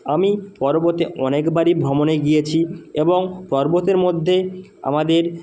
আমি পর্বতে অনেকবারই ভ্রমণে গিয়েছি এবং পর্বতের মধ্যে আমাদের